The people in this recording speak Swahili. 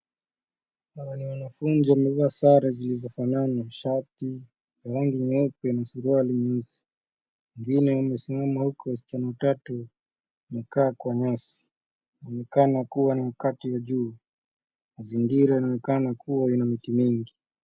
Hawa ni wanafunzi wamevaa sare zilizofanana shati ya rangi nyeupe na suruwali nyeusi wengine wamesimama huku wasichana watatu wamekaa kwa nyasi. Unaonekana kuwa ni wakati wa jua .Mazingira yanaonekana kuwa na miti mingi.